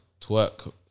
Twerk